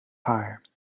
haar